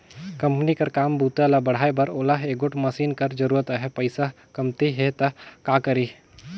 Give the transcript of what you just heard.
Company कर काम बूता ल बढ़ाए बर ओला एगोट मसीन कर जरूरत अहे, पइसा कमती हे त का करी?